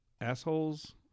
Assholes